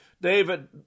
David